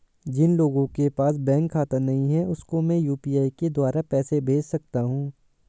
जिन लोगों के पास बैंक खाता नहीं है उसको मैं यू.पी.आई के द्वारा पैसे भेज सकता हूं?